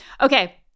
okay